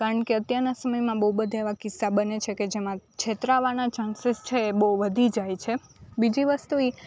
કારણ કે અત્યારના સમયમાં બહુ બધા એવા કિસ્સા બને છે કે જેમાં છેતરાવાના ચાન્સીસ છે એ બહુ વધી જાય છે બીજી વસ્તુ એ